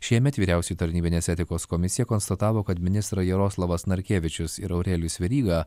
šiemet vyriausioji tarnybinės etikos komisija konstatavo kad ministrai jaroslavas narkevičius ir aurelijus veryga